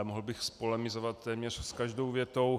Mohl bych polemizovat téměř s každou větou.